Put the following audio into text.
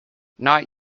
not